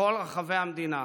בכל רחבי המדינה.